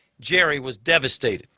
jerry was devastated.